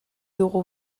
dugu